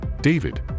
David